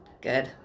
Good